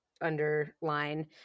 underline